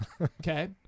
okay